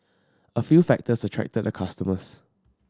a few factors attracted the customers